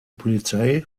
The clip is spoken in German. polizei